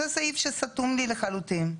זה סעיף שסתום לי לחלוטין.